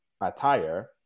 attire